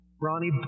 Ronnie